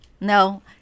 No